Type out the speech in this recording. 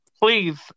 Please